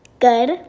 good